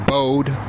Bode